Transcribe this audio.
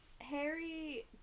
Harry